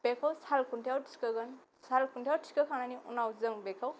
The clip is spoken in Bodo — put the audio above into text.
बेखौ साल खुन्थायाव थिखोगोन साल खुन्थायाव थिखोखांनायनि उनाव जों बेखौ